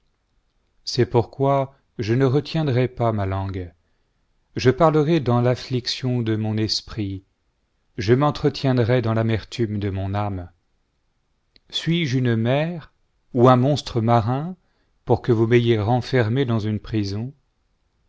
c'est pourquoi je ne retiendrai pas ma langue je parlerai dans l'affliction de mon esprit je m'entretiendrai dans l'amertume de mon âme suis-je une mer ou un monstre marin pour que vous m'ayez renfermé l dans une prison